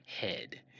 head